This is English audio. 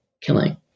killing